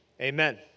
Amen